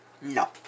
No